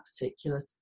particular